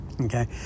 okay